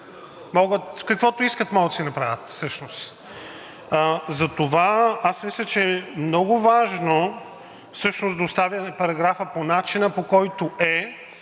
каквото искат да си направят всъщност. Затова аз мисля, че много важно е да оставим параграфа по начина, по който е,